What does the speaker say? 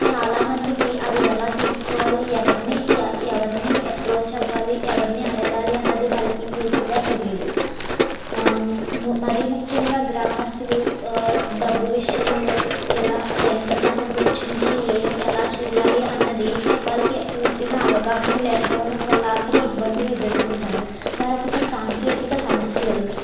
చాలామందికి అవి ఎలా తీసుకోవాలి ఎవరిని ఎవరిని అప్రోచ్ అవ్వాలి ఎవరిని అడగాలి అన్నది వాళ్ళకి పూర్తిగా తెలియదు మరి ముఖ్యంగా గ్రామస్తులు డబ్బు విషయంలో ఎలా ఎంత దానం వెచ్చించి ఎ ఎలా చెయ్యాలి అన్నది వాళ్ళకి పూర్తిగా అవగాహన లేకపోవడం వల్ల అక్కడ ఇబ్బందులు ఎదుర్కొంటారు మరొకటి సాంకేతిక సమస్యలు